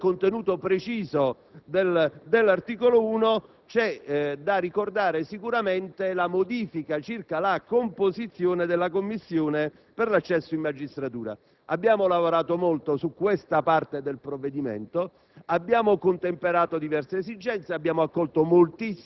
Il nuovo concorso, così come previsto dall'articolo 1, si configura come una prova di secondo grado, che dovrebbe evitare così tutti i problemi che sono sempre nati con l'obbligo di snellire il quadro dei partecipanti con la preselezione, con tre prove scritte.